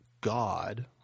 God